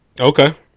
Okay